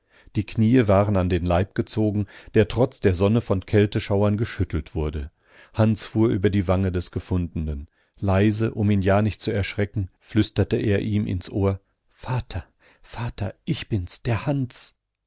die knie waren an den leib gezogen der trotz der sonne von kälteschauern geschüttelt wurde hans fuhr über die wange des gefundenen leise um ihn ja nicht zu erschrecken flüsterte er ihm ins ohr vater vater ich bin's der hans